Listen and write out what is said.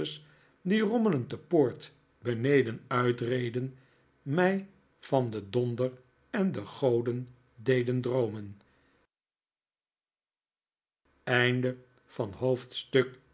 die rommelend de poort beneden uitreden mij van den donder en de goden deden droomen